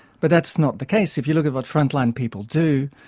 but that's not the case. if you look at what frontline people do,